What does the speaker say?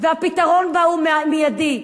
והפתרון בה הוא מיידי.